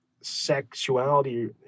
sexuality